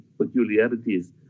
peculiarities